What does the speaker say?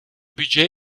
budget